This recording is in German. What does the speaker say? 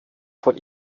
von